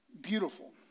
beautiful